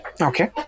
Okay